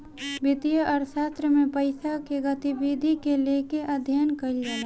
वित्तीय अर्थशास्त्र में पईसा के गतिविधि के लेके अध्ययन कईल जाला